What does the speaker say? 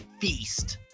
feast